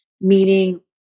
meaning